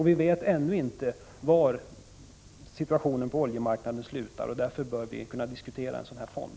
Vi vet ännu inte hur utvecklingen på oljemarknaden slutar, och därför bör vi kunna diskutera en sådan fond.